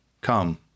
Come